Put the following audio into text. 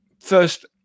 first